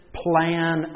plan